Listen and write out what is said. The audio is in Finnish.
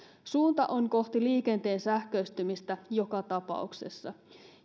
suunta on kohti liikenteen sähköistymistä joka tapauksessa